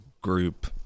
group